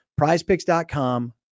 Prizepicks.com